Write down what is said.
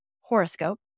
horoscope